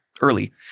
Early